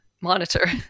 monitor